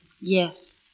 Yes